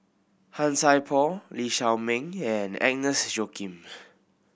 Han Sai Por Lee Shao Meng and Agnes Joaquim